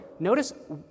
Notice